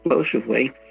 explosively